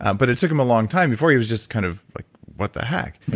um but it took him a long time before he was just kind of like, what the heck?